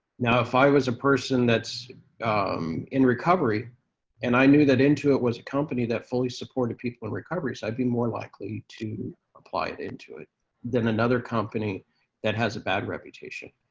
now, if i was a person that's in recovery and i knew that intuit was a company that fully supported people in recovery, i'd be more likely to apply at intuit than another company that has a bad reputation.